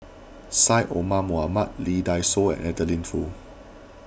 Syed Omar Mohamed Lee Dai Soh and Adeline Foo